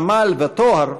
עמל וטוהר,